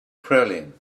quarrelling